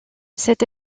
cette